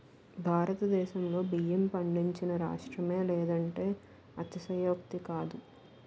భారతదేశంలో బియ్యం పండించని రాష్ట్రమే లేదంటే అతిశయోక్తి కాదు